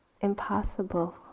impossible